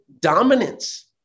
dominance